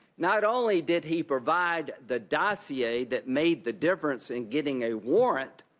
not only did he provide the dossier that made the difference in getting a warrant,